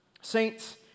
Saints